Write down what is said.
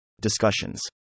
Discussions